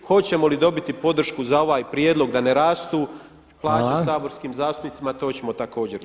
Hoćemo li dobiti podršku za ovaj prijedlog da ne rastu plaće saborskim zastupnicima to ćemo također vidjeti.